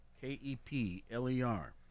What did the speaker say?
K-E-P-L-E-R